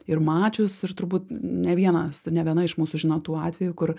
ir mačius ir turbūt ne vienas ne viena iš mūsų žino tų atvejų kur